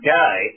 guy